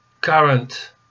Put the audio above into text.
current